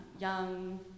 Young